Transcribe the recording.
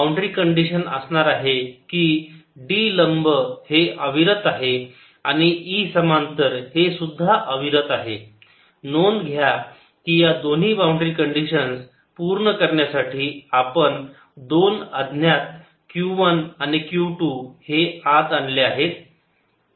boundary condition असणार आहेत की D लंब हे अविरत आहे आणि E समांतर हे सुद्धा अविरत आहे नोंद घ्या की या दोन्ही बाउंड्री कंडिशन्स पूर्ण करण्यासाठी आपण दोन अज्ञात q 1 आणि q 2 हे आत आणले आहेत